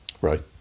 Right